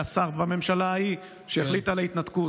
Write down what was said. היה שר בממשלה ההיא שהחליטה על ההתנתקות.